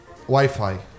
Wi-Fi